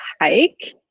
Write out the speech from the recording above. hike